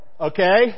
okay